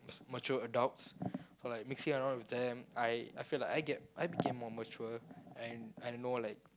mature adults so like mixing around with them I I feel like I get I became more mature and I know like